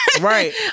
Right